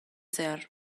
zehar